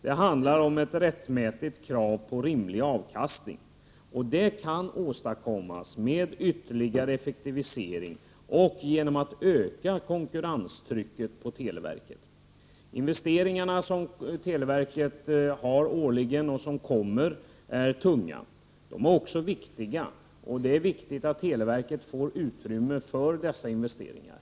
Det handlar om ett rättmätigt krav på rimlig avkastning. Det kan åstadkommas med ytterligare effektivisering och genom att öka konkurrenstrycket på televerket. De investeringar som televerket har årligen och de som kommer är tunga. De är också viktiga och det är viktigt att televerket får utrymme för dessa investeringar.